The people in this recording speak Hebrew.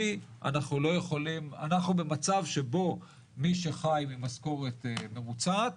כי אנחנו במצב שבו מי שחי ממשכורת ממוצעת